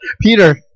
Peter